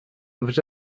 вже